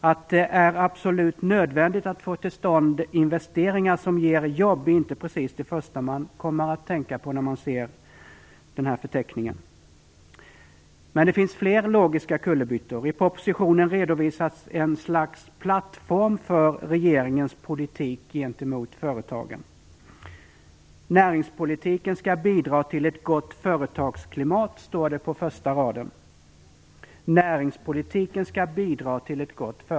Att det är absolut nödvändigt att få till stånd investeringar som ger jobb är inte precis det första man kommer att tänka på när man ser denna förteckning. Men det finns fler logiska kullerbyttor. I propositionen redovisas ett slags plattform för regeringens politik gentemot företagen. "Näringspolitiken skall bidra till ett gott företagsklimat", står det på första raden.